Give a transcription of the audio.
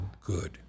good